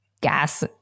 gas